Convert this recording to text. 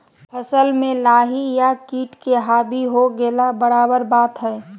फसल में लाही या किट के हावी हो गेला बराबर बात हइ